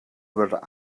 would